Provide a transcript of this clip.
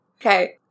Okay